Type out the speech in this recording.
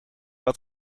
had